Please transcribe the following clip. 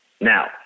Now